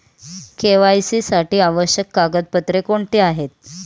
KYC साठी आवश्यक कागदपत्रे कोणती आहेत?